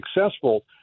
successful